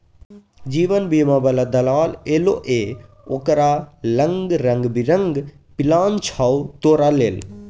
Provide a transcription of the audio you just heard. जीवन बीमा बला दलाल एलौ ये ओकरा लंग रंग बिरंग पिलान छौ तोरा लेल